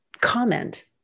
comment